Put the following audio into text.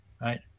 Right